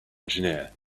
engineer